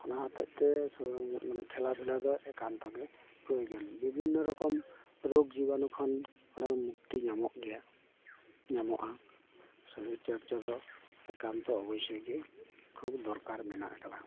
ᱚᱱᱟ ᱦᱚᱛᱮᱡ ᱛᱮ ᱥᱚᱨᱤᱨ ᱢᱟᱱᱮ ᱠᱷᱮᱞᱟ ᱫᱷᱩᱞᱟ ᱫᱚ ᱮᱠᱟᱱᱛᱚᱜᱮ ᱯᱨᱚᱭᱳᱡᱚᱱ ᱵᱤᱵᱷᱤᱱᱱᱚ ᱨᱚᱠᱚᱢ ᱨᱳᱜᱽ ᱡᱤᱵᱟᱱᱩ ᱠᱷᱚᱱ ᱚᱸᱰᱮ ᱢᱩᱠᱛᱤ ᱧᱟᱢᱚᱜ ᱜᱮᱭᱟ ᱧᱟᱢᱚᱜᱼᱟ ᱥᱚᱨᱤᱨ ᱪᱚᱨᱪᱟ ᱫᱚ ᱮᱠᱟᱱᱛᱚ ᱚᱵᱚᱥᱥᱚᱭ ᱜᱮ ᱠᱷᱩᱵᱽ ᱫᱚᱨᱠᱟᱨ ᱢᱮᱱᱟᱜ ᱟᱠᱟᱫᱟ